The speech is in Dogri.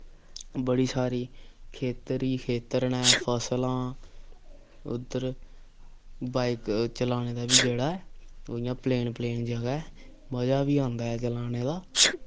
बड़ी सारी खेत्तर ही खेत्तर न फसलां उद्धर बाइक चलाने दा बी जेह्ड़ा ऐ ओह् इ'यां प्लेन प्लेन जगह ऐ मजा बी औंदा ऐ चलाने दा